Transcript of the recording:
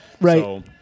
right